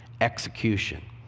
execution